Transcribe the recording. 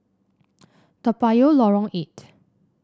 Toa Payoh Lorong Eight